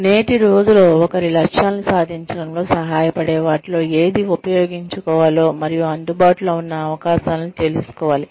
నేటి రోజు లో ఒకరి లక్ష్యాలను సాధించడంలో సహాయపడే వాటిలో ఏది ఉపయోగించుకోవాలో మరియు అందుబాటులో ఉన్న అవకాశాలను తెలుసుకోవాలి